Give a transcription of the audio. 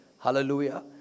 Hallelujah